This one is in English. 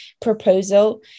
proposal